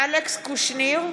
אלכס קושניר,